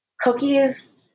cookies